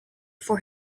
for